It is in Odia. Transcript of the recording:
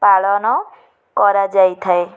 ପାଳନ କରାଯାଇଥାଏ